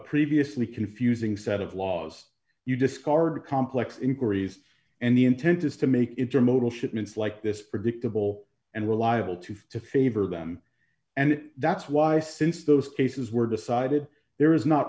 previously confusing set of laws you discard complex inquiries and the intent is to make intermodal shipments like this predictable and reliable too to favor them and that's why since those cases were decided there is not